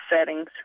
settings